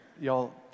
Y'all